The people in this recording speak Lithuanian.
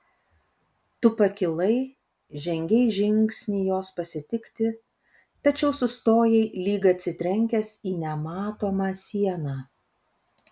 tu pakilai žengei žingsnį jos pasitikti tačiau sustojai lyg atsitrenkęs į nematomą sieną